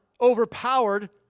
overpowered